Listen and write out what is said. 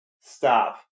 stop